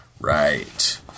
Right